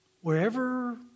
Wherever